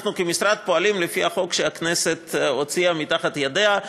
אנחנו כמשרד פועלים לפי החוק שהכנסת הוציאה מתחת ידיה.